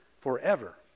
forever